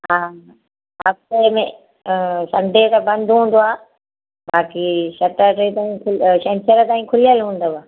हा हफ़्ते में संडे त बंदि हूंदो आहे बाक़ी सेटर डे त छंछर ताईं खुलियल हूंदव